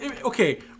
Okay